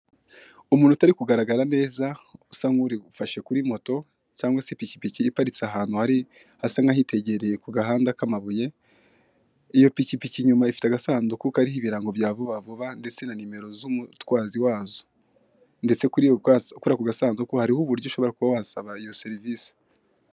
Umuntu utari kugaragara neza, usa nkufashe kuri moto cyangwa se ipikipiki, iparitse ahantu hasa nk'ahitegeye ku muhanda w'amabuye. Iyo pikipiki inyuma ifite agasanduku kariho ibirango bya vuba vuba ndetse na nimero z'umutwazi wazo, ndetse kuri ako gasanduku, hariho uburyo ushobora kuba wasaba iyo serivise.